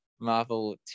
Marvel